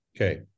Okay